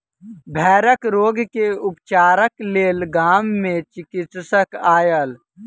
भेड़क रोग के उपचारक लेल गाम मे चिकित्सक आयल